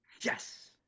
Yes